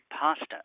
pasta